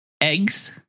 Eggs